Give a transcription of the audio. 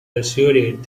persuaded